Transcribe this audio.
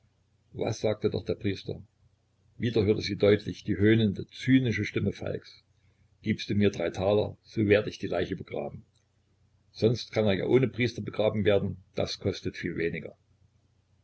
was sagte doch der priester wieder hörte sie deutlich die höhnende zynische stimme falks gibst du mir drei taler so werd ich die leiche begraben sonst kann er ja ohne priester begraben werden das kostet viel weniger